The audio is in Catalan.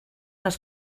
les